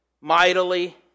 mightily